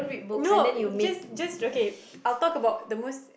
no just just okay I'll talk about the most